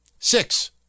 Six